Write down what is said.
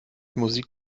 musik